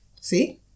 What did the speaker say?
see